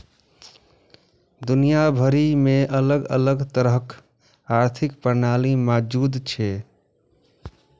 दुनिया भरि मे अलग अलग तरहक आर्थिक प्रणाली मौजूद छै